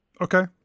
Okay